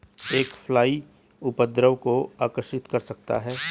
एक फ्लाई उपद्रव को आकर्षित कर सकता है?